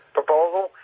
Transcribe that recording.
proposal